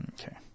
Okay